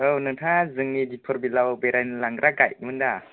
औ नोंथाङा जोंनि दिपरबिलाव बेरायनो लांग्रा गाइदमोन दा